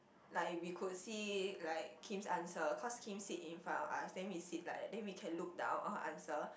like we could see like Kim's answer cause Kim sit in front of us then we sit like that then we can look down her answer